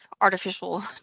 artificial